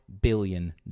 billion